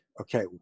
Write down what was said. okay